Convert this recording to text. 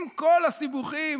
עם כל הסיבוכים